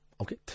Okay